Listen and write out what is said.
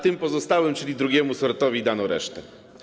Tym pozostałym, czyli drugiemu sortowi, dano resztę.